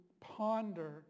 ponder